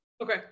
Okay